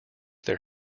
their